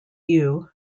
yew